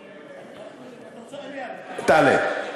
לא, תעלה.